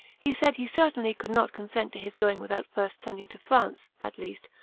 he said he certainly could not consent to his going, without first sending to france, at least,